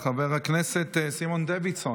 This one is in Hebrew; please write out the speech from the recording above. חבר הכנסת סימון דוידסון?